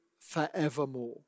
forevermore